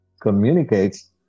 communicates